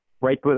right